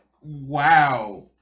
wow